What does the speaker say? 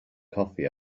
coffee